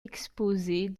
exposer